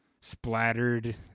splattered